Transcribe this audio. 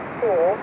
four